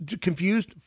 confused